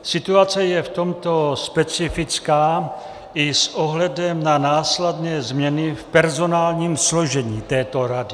Situace je v tomto specifická i s ohledem na následné změny v personálním složení této rady.